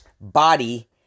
body